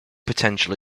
potential